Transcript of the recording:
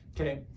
Okay